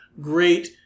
great